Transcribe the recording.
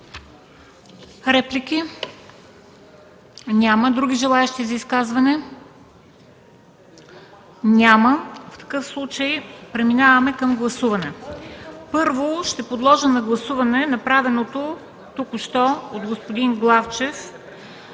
Реплики? Няма. Други желаещи за изказване? Няма. В такъв случай преминаваме към гласуване. Първо, ще подложа на гласуване направените от господин Главчев